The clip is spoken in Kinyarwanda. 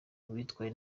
witwaye